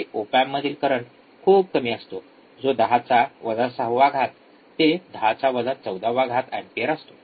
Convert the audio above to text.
op amp मधील current खूप कमी असतो जो १० चा वजा ६ वा घात ते १० चा वजा १४ वा घात एंपियर असतो